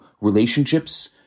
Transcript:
relationships